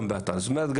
זאת אומרת,